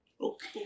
Okay